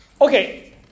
Okay